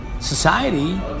society